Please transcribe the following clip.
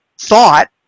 thought